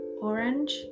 orange